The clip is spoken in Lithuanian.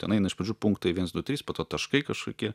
ten eina iš pradžių punktai viens du trys po to taškai kažkokie